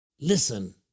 Listen